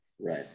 Right